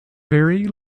very